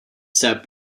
step